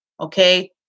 okay